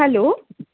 hello